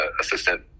assistant